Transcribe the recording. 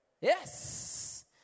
Yes